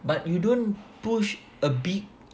but you don't push a big